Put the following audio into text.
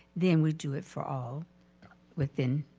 then we do it for all within.